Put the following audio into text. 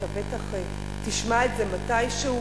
אתה בטח תשמע את זה מתישהו: